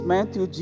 Matthew